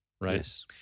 Right